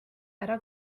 ära